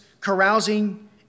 carousing